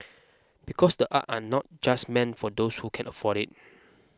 because the art are not just meant for those who can afford it